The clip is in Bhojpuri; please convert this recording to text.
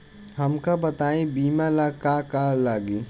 हमका बताई बीमा ला का का लागी?